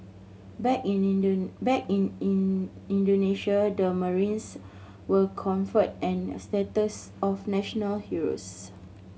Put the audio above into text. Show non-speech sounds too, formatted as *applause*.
back in *unintelligible* back in in Indonesia the marines were conferred and status of national heroes